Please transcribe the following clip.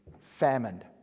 famine